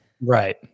Right